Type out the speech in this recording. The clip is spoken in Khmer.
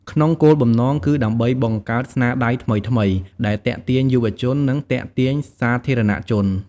ក្នុងគោលបំណង គឺដើម្បីបង្កើតស្នាដៃថ្មីៗដែលទាក់ទាញយុវជន និងទាក់ទាញសាធារណៈជន។